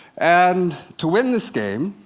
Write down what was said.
and to win this game,